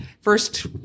First